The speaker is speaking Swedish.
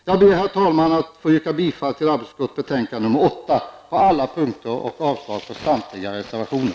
Jag ber att få yrka bifall till hemställan i arbetsmarknadsutskottets betänkande nr 8 på alla punkter och avslag på samtliga reservationer.